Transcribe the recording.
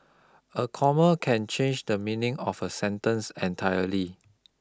a comma can change the meaning of a sentence entirely